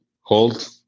hold